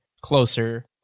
closer